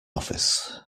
office